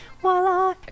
Voila